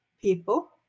people